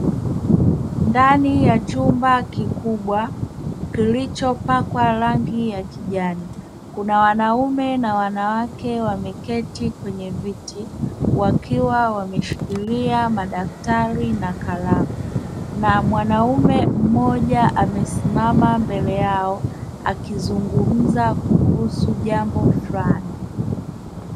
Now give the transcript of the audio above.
Ndani ya chumba kikubwa kilichopakwa rangi ya kijani, kuna wanaume na wanawake wameketi kwenye viti wakiwa wameshikilia madaktari na kalamu, na mwanamume mmoja amesimama mbele yao akizungumza kuhusu jambo fulani.